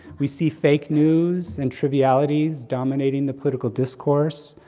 we see fake news and trivialities dominating the political discourse,